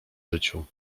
życiu